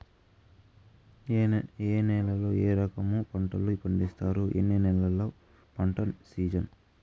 ఏ నేలల్లో ఏ రకము పంటలు పండిస్తారు, ఎన్ని నెలలు పంట సిజన్?